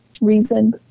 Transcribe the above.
reason